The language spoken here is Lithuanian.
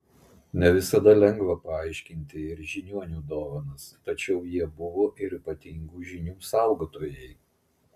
ne visada lengva paaiškinti ir žiniuonių dovanas tačiau jie buvo ir ypatingų žinių saugotojai